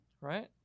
right